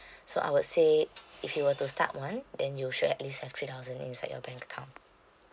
so I would say if you were to start one then you should at least have three thousands inside your bank account